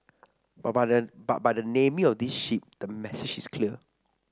but by the but by the naming of this ship the message is clear